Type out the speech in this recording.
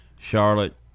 Charlotte